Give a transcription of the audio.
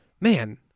man